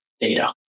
data